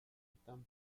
están